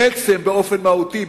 בעצם באופן מהותי,